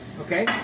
Okay